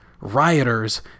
rioters